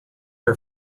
her